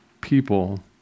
people